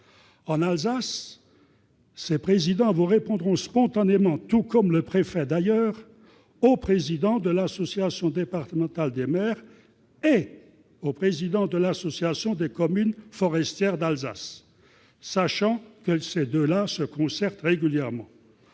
En Alsace, ces présidents vous répondront spontanément, tout comme le préfet d'ailleurs, qu'ils écriront au président de l'association départementale des maires et au président de l'association des communes forestières d'Alsace, sachant que ces deux personnes se concertent régulièrement.